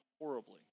horribly